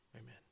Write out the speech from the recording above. Amen